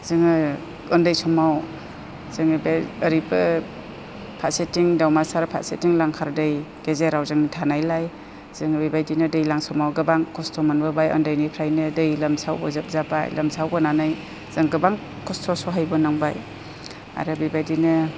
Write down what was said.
जोङो उन्दै समाव जोङो बे ओरैबो फारसेथिं दाउमासार फारसेथिं लांखार दै गेजेराव जों थानायलाय जोङो बेबायदिनो दैज्लां समाव गोबां खस्थ' मोनबोबाय उन्दैनिफ्रायनो दै लोमसाव जोबजाबाय लोमसावहोनानै जों गोबां खस्थ' सहायबोनांबाय आरो बेबायदिनो